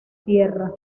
tierra